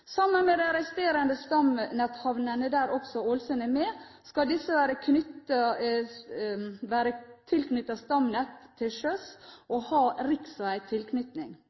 Sammen med de resterende stamnetthavnene, der også Ålesund er med, skal disse være tilknyttet stamnettet til sjøs og ha